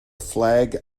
flag